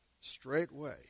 straightway